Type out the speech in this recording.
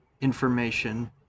information